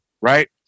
right